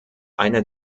einer